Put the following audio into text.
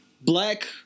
Black